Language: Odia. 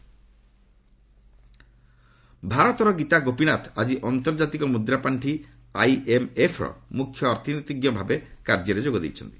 ଆଇଏମ୍ଏଫ୍ ଗୀତା ଭାରତର ଗୀତା ଗୋପୀନାଥ ଆଜି ଆନ୍ତର୍ଜାତିକ ମୁଦ୍ରାପାଣ୍ଡି ଆଇଏମ୍ଏଫ୍ର ମୁଖ୍ୟ ଅର୍ଥନୀତିଜ୍ଞ ଭାବେ କାର୍ଯ୍ୟରେ ଯୋଗ ଦେଇଛନ୍ତି